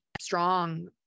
strong